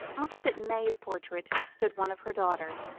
opposite may's portrait stood one of her daughter.